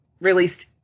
released